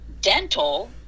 dental